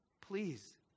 please